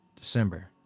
December